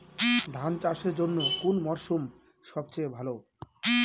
ধান চাষের জন্যে কোন মরশুম সবচেয়ে ভালো?